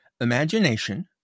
imagination